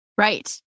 Right